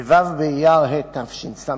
בו' באייר התשס"ח,